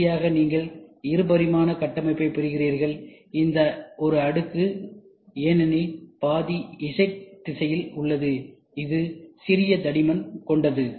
இறுதியாக நீங்கள் இருபரிமாண கட்டமைப்பைப் பெறுகிறீர்கள் இது ஒரு அடுக்கு ஏனெனில் பாதி Z திசையில் உள்ளது இது சிறிய தடிமன் கொண்டது